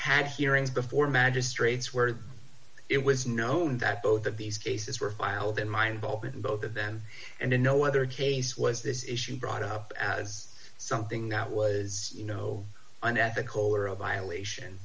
had hearings before magistrates where it was known that both of these cases were filed in mind both in both of them and in no other case was this issue brought up as something that was you know unethical or a violation